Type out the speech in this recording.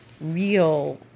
real